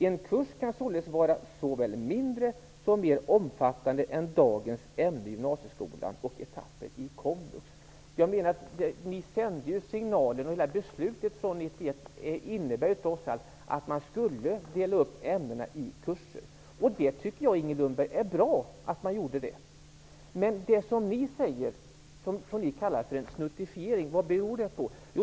En kurs kan således vara såväl mindre som mer omfattande än dagens ämnen i gymnasieskolan och etapper i komvux. Ni sände ju signaler. Beslutet från 1991 innebar ju ändå att man skulle dela upp ämnena i kurser. Det tycker jag är bra, Inger Lundberg. Men vad beror det som ni kallar snuttifiering på?